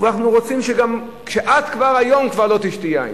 ואנחנו רוצים שאת כבר היום לא תשתי יין.